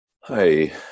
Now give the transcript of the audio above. Hi